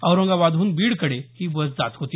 औरंगाबादहून बीडकडे ही बस जात होती